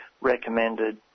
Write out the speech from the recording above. recommended